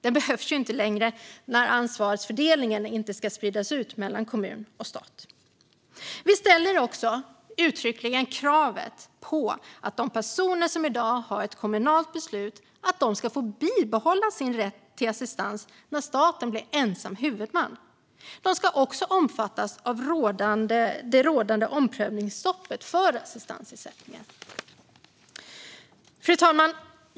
Den behövs ju inte längre när ansvarsfördelningen inte ska spridas ut mellan kommun och stat. Vi ställer också uttryckligen krav på att de personer som i dag har ett kommunalt beslut ska få behålla sin rätt till assistans när staten blir ensam huvudman. De ska också omfattas av det rådande omprövningsstoppet för assistansersättning. Fru talman!